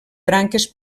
branques